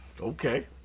Okay